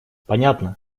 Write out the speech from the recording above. понятно